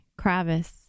Kravis